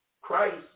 Christ